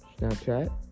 Snapchat